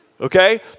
okay